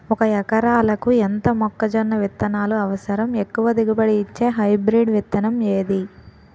ఒక ఎకరాలకు ఎంత మొక్కజొన్న విత్తనాలు అవసరం? ఎక్కువ దిగుబడి ఇచ్చే హైబ్రిడ్ విత్తనం ఏది?